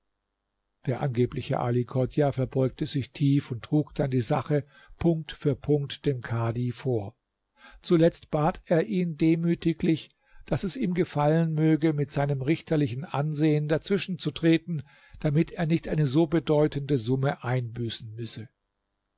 der angebliche ali chodjah verbeugte sich tief und trug dann die sache punkt für punkt dem kadhi vor zuletzt bat er ihn demütiglich daß es ihm gefallen möge mit seinem richterlichen ansehen dazwischen zu treten damit er nicht eine so bedeutende summe einbüßen müsse